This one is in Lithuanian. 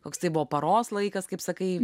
koks tai buvo paros laikas kaip sakai